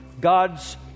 God's